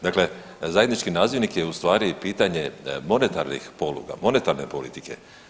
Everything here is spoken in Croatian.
Dakle, zajednički nazivnik je u stvari i pitanje monetarnih poluga, monetarne politike.